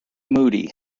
moody